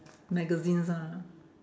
magazines ah